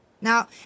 Now